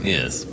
Yes